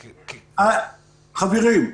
חברים,